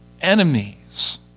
enemies